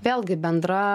vėlgi bendra